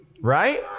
right